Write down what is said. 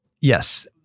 yes